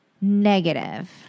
negative